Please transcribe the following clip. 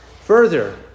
Further